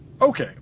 Okay